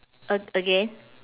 a~ again